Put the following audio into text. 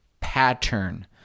pattern